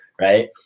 right